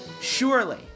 Surely